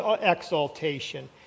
exaltation